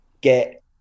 get